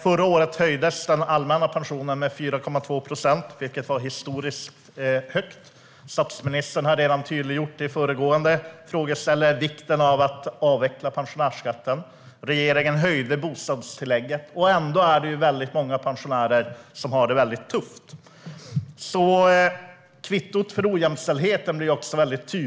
Förra året höjdes den allmänna pensionen med 4,2 procent, vilket var historiskt högt. Statsministern har redan tydliggjort till föregående frågeställare vikten av att avveckla pensionärsskatten. Regeringen höjde bostadstillägget. Men ändå är det väldigt många pensionärer som har det väldigt tufft. Kvittot för ojämställdheten blir tydligt.